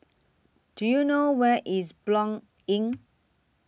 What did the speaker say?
Do YOU know Where IS Blanc Inn